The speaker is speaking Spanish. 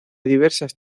diversas